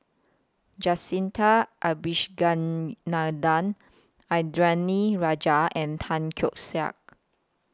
Jacintha Abisheganaden Indranee Rajah and Tan Keong Saik